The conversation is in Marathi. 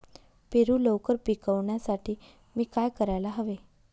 पेरू लवकर पिकवण्यासाठी मी काय करायला हवे?